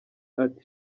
ati